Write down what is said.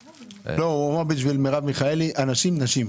לא, הוא אמר בשביל מרב מיכאלי, אנשים נשים.